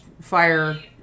fire